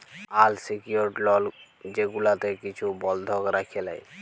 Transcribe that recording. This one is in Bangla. আল সিকিউরড লল যেগুলাতে কিছু বল্ধক রাইখে লেই